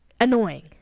annoying